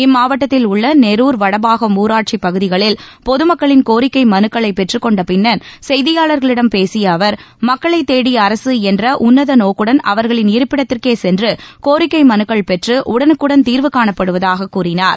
இம்மாவட்டத்தில் உள்ள நெரூர் வடபாகம் ஊராட்சிப் பகுதிகளில் பொது மக்களின் கோரிக்கை மனுக்களை பெற்றுக் கொண்டபின் செய்தியாளர்களிடம் பேசிய அவர் மக்களை தேடி அரசு என்ற உன்னத நோக்குடன் அவர்களின் இருப்பிடத்திற்கே சென்று கோரிக்கை மனுக்கள் பெற்று உடனுக்குடன் தீர்வு காணப்படுவதாகக் கூறினார்